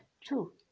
two